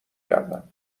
کردم